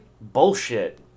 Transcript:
Bullshit